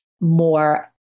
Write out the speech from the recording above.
more